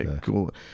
Cool